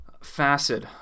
facet